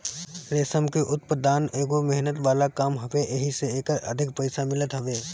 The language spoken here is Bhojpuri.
रेशम के उत्पदान एगो मेहनत वाला काम हवे एही से एकर अधिक पईसा मिलत हवे